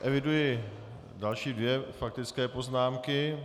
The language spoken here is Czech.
Eviduji další dvě faktické poznámky.